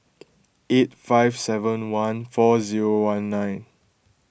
eight five seven one four zero one nine